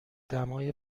دمای